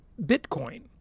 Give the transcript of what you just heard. bitcoin